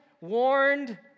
warned